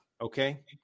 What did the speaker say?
Okay